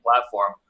platform